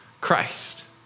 Christ